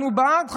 אנחנו בעד חשמל.